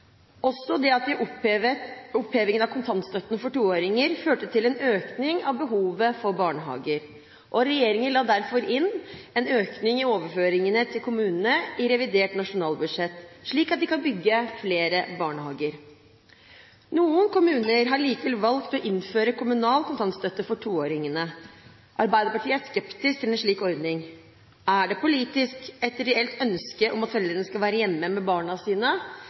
Opphevingen av kontantstøtten for toåringer førte til en økning i behovet for barnehager. Regjeringen la derfor inn en økning i overføringene til kommunene i revidert nasjonalbudsjett, slik at de kan bygge flere barnehager. Noen kommuner har likevel valgt å innføre kommunal kontantstøtte for toåringene. Arbeiderpartiet er skeptisk til en slik ordning. Er det politisk et reelt ønske om at foreldrene skal være hjemme med barna sine,